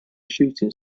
shooting